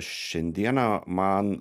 šiandieną man